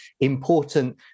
important